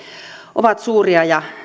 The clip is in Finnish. ovat suuria ja